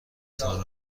تان